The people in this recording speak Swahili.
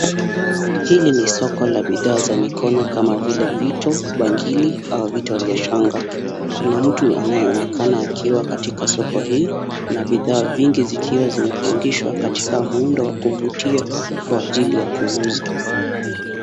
Hili ni soko la mikono la bidhaa kama vile vito, bangili au vito vya shanga. Kuna mtu anayeonekana akiwa katika soko hii na bidhaa vingi vikiwa vimepangishwa katika muundo wa kuvutia kwa ajili ya kuuza.